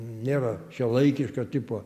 nėra šiuolaikiška tipo